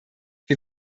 wir